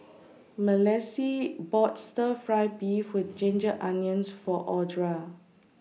Malissie bought Stir Fry Beef with Ginger Onions For Audra